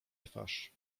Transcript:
twarz